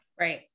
Right